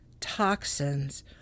toxins